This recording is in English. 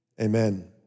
Amen